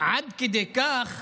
עד כדי כך